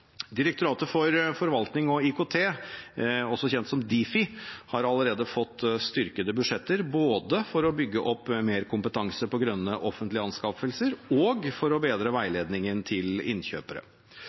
Direktoratet for forvaltning og IKT, også kjent som Difi, har allerede fått styrkede budsjetter, både for å bygge opp mer kompetanse på grønne offentlige anskaffelser og for å bedre